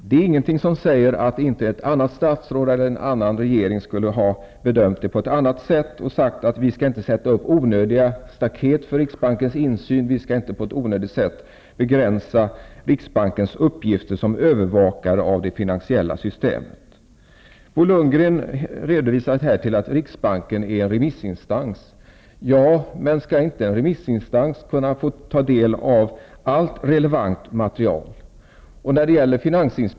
Det är ingenting som säger att inte ett annat statsråd eller en annan regering skulle ha bedömt på ett annat sätt och sagt att vi inte skall sätta upp onödiga staket för riksbankens insyn, att vi inte på ett onödigt sätt skall begränsa riksbankens uppgifter som övervakare av det finansiella syste met. Bo Lundgren hänvisar till att riksbanken är en remissinstans. Ja, men skall inte en remissinstans kunna få ta del av allt relevant material?